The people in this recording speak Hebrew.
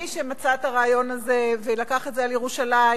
מי שמצא את הרעיון הזה ולקח את זה על ירושלים,